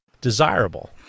desirable